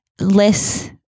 less